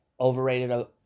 overrated –